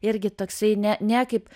irgi toksai ne ne kaip